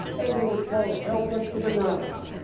and they would fall helpless to the ground.